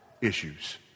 issues